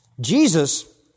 Jesus